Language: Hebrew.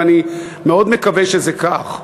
ואני מאוד מקווה שזה כך.